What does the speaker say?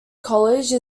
college